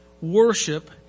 worship